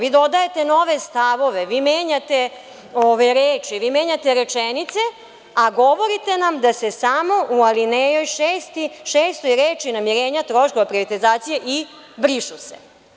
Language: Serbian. Vi dodajete nove stavove, vi menjate reči, vi menjate rečenice, a govorite nam da se samo u alineji 6. reči namirenja troškova privatizacije i brišu se.